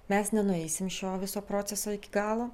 mes nenueisim šio viso proceso iki galo